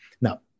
Now